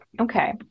Okay